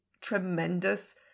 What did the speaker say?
tremendous